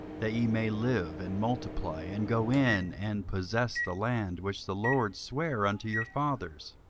that ye may live, and multiply, and go in and possess the land which the lord sware unto your fathers.